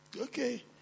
okay